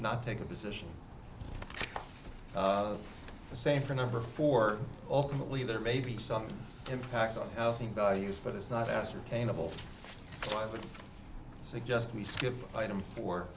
not take a position the same for number four ultimately there may be some impact on housing values but it's not ascertainable i would suggest we skip item fo